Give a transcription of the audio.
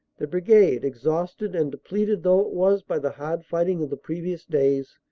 the brigade, exhausted and depleted though it was by the hard fighting of the previous days,